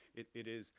it it is,